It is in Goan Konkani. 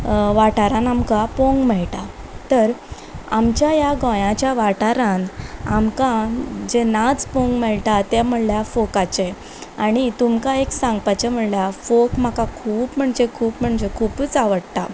वाठारांत आमकां पळोवंक मेळटा तर आमच्या ह्या गोंयाच्या वाठारांत आमकां जे नाच पळोवंक मेळटा तें म्हणल्यार फोकाचे आनी तुमकां एक सांगपाचे म्हणल्यार फोक म्हाका खूब म्हणजे खूब म्हणजे खूबच आवडटा